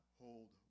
hold